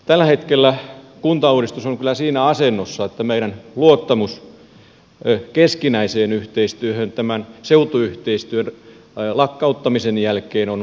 tällä hetkellä kuntauudistus on kyllä siinä asennossa että meidän luottamuksemme keskinäiseen yhteistyöhön tämän seutuyhteistyön lakkauttamisen jälkeen on lähtenyt